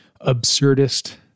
absurdist